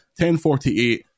1048